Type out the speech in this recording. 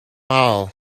all